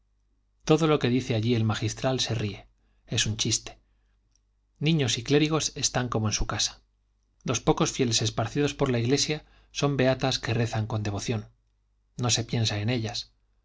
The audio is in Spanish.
todo lo que dice allí el magistral se ríe es un chiste niños y clérigos están como en su casa los pocos fieles esparcidos por la iglesia son beatas que rezan con devoción no se piensa en ellas